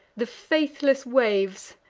the faithless waves,